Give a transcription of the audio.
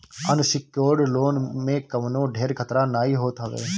unsecured loan में कवनो ढेर खतरा नाइ होत हवे